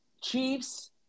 Chiefs